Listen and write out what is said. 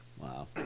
Wow